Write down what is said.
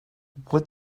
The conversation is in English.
what